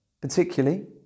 particularly